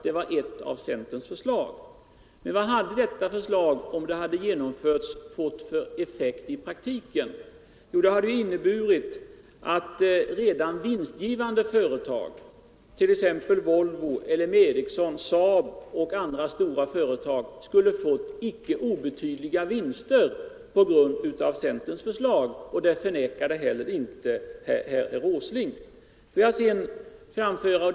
Men vad hade det förslaget fått för effekt i praktiken, om det hade genomförts? Jo, det hade inneburit att stora och redan vinstgivande företag —-1. ex. Volvo, LM Ericsson, Saab och andra — tack vare centerns förslag skulle ha fått icke obetydliga ytterligare vinster. Detta förnekade inte heller herr Åsling.